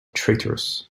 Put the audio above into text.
traitorous